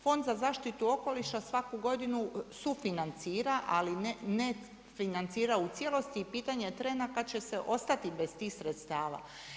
Fond za zaštitu okoliša svaku godinu sufinancira ali ne financira u cijelosti i pitanje je trena kad će se ostati bez tih sredstava.